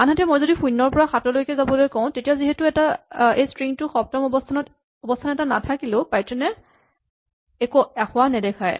আনহাতে মই যদি শূণ্যৰ পৰা সাতলৈকে যাবলৈ কওঁ তেতিয়া এই ষ্ট্ৰিং টোত সপ্তম অৱস্হান এটা নাথাকিলেও পাইথন এ আসোঁৱাহ নেদেখুৱায়